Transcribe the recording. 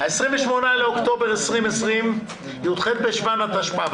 ה-28 באוקטובר 2020, י"ח חשוון התשפ"א.